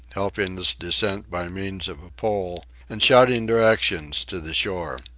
helping its descent by means of a pole, and shouting directions to the shore.